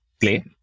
play